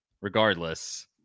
regardless